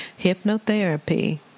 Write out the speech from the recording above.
Hypnotherapy